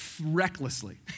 recklessly